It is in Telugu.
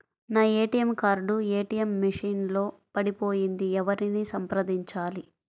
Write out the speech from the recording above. నా ఏ.టీ.ఎం కార్డు ఏ.టీ.ఎం మెషిన్ లో పడిపోయింది ఎవరిని సంప్రదించాలి?